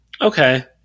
okay